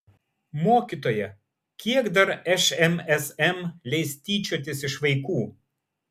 mokytoja kiek dar šmsm leis tyčiotis iš vaikų